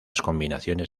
combinación